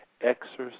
exercise